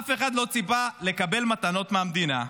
אף אחד לא ציפה לקבל מתנות מהמדינה.